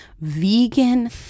vegan